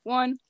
one